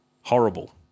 Horrible